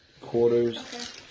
Quarters